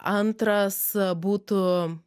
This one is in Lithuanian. antras būtų